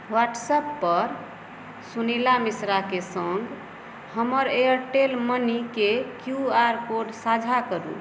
वॉट्सअपपर सुनीला मिश्राकेे सङ्ग हमर एयरटेल मनीके क्यू आर कोड साझा करू